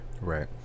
right